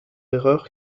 erreur